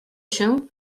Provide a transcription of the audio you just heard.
się